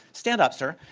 stand up, sir.